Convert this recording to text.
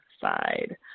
side